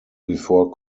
before